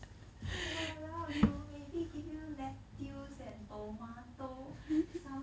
!walao! you maybe give you lettuce and tomato some beans